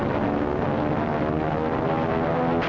or